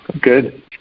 Good